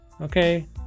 okay